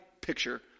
picture